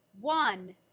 one